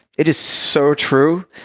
it is so true.